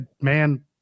Man